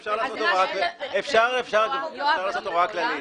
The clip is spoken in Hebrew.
אבל אפשר לעשות הבהרה כללית.